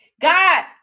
god